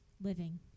living